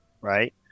Right